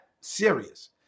serious